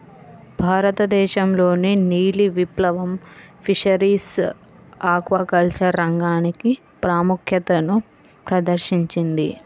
భారతదేశంలోని నీలి విప్లవం ఫిషరీస్ ఆక్వాకల్చర్ రంగానికి ప్రాముఖ్యతను ప్రదర్శించింది